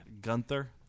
Gunther